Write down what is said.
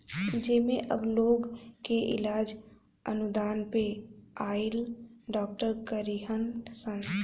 जेमे अब लोग के इलाज अनुदान पे आइल डॉक्टर करीहन सन